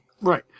Right